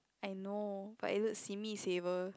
I know but is it simi saver